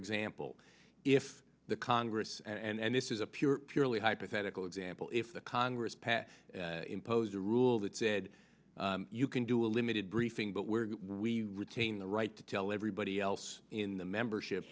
example if the congress and this is a pure purely hypothetical example if the congress passed impose a rule that said you can do a limited briefing but were we retain the right to tell everybody else in the membership